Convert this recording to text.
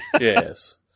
Yes